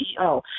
CEO